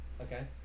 Okay